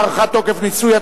הארכת תוקף ניסוי),